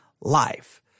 life